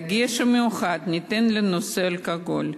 דגש מיוחד ניתן לנושא האלכוהול,